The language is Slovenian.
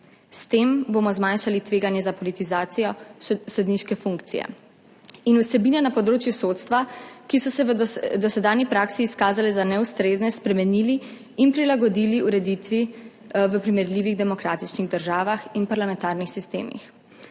S tem bomo zmanjšali tveganje za politizacijo sodniške funkcije in vsebine na področju sodstva, ki so se v dosedanji praksi izkazale za neustrezne, spremenili in prilagodili ureditvi v primerljivih demokratičnih državah in parlamentarnih sistemih.